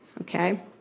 okay